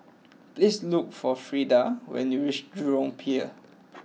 please look for Freida when you reach Jurong Pier